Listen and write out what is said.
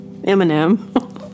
Eminem